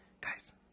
guys